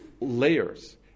layers